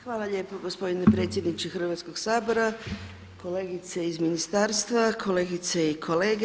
Hvala lijepo gospodine predsjedniče Hrvatskoga sabora, kolegice iz ministarstva, kolegice i kolege.